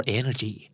energy